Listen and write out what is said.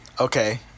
Okay